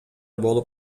болуп